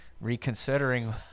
reconsidering